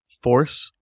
force